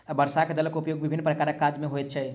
वर्षाक जलक उपयोग विभिन्न प्रकारक काज मे होइत छै